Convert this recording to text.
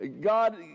God